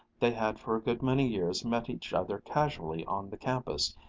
they had for a good many years met each other casually on the campus,